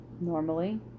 normally